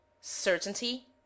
certainty